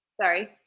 Sorry